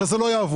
הרי זה לא יעבוד.